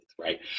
right